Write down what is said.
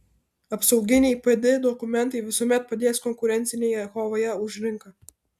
apsauginiai pd dokumentai visuomet padės konkurencinėje kovoje už rinką